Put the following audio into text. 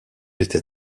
était